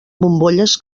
bombolles